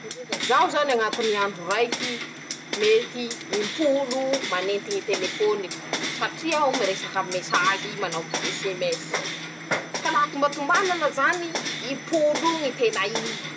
<...>Zaho zany añatiny andro raiky mety im-polo manenty ñy telefoniko, satria aho miresaka aminy mesazy manao be sms, ka laha tombatombanana zany, im-polooo ñy tena iii.